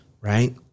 right